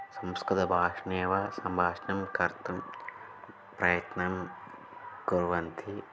संस्कृतभाषया सम्भाषणं कर्तुं प्रयत्नं कुर्वन्ति